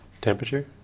Temperature